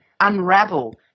unravel